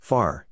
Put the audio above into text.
Far